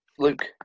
Luke